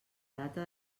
data